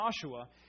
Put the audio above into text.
Joshua